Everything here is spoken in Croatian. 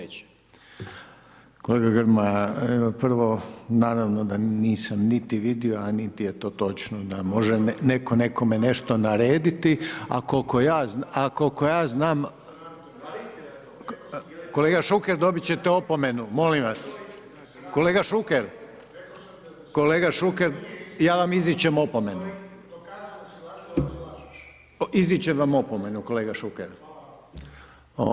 Kolega Grmoja, prvo naravno da nisam niti vidio, a niti je to točno da može neko nekome nešto narediti, a koliko ja znam [[Upadica: Istina je to.]] kolega Šuker, dobit ćete opomenu, molim vas, kolega Šuker, kolega Šuker ja vam izričem opomenu, izričem vam opomenu kolega Šuker.